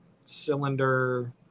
cylinder